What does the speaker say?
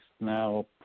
now